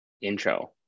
intro